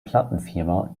plattenfirma